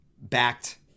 backed